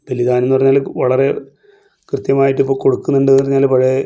ബലിദാനം എന്ന് പറഞ്ഞാൽ വളരെ കൃത്യമായിട്ട് ഇപ്പം കൊടുക്കുന്നുണ്ട് എന്ന് പറഞ്ഞാൽ പഴയ